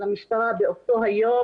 למשטרה באותו היום